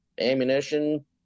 ammunition